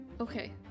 Okay